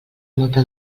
molta